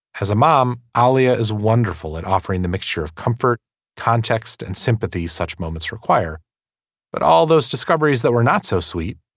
as a mom. ah aliyah is wonderful at offering the mixture of comfort context and sympathy. such moments require that but all those discoveries that were not so sweet.